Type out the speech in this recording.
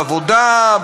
בעבודה,